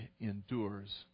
endures